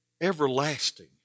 Everlasting